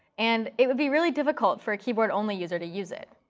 and it would be really difficult for a keyboard-only user to use it.